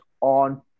on